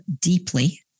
deeply